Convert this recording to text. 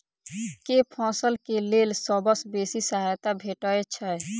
केँ फसल केँ लेल सबसँ बेसी सहायता भेटय छै?